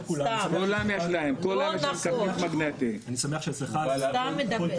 זה סתם, לכולם יש כרטיס מגנטי, אתה סתם מדבר.